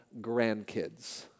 grandkids